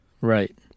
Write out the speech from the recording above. right